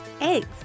eggs